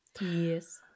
yes